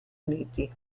uniti